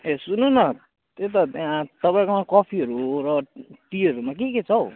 ए सुन्नु न त्यही त त्यहाँ तपाईँकोमा कफीहरू र टिहरूमा के के छ हौ